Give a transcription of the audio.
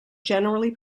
generally